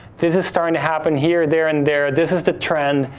this is starting to happen here, there and there. this is the trend,